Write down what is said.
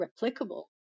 replicable